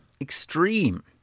Extreme